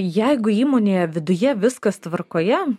jeigu įmonėje viduje viskas tvarkoje